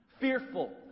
fearful